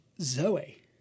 Zoe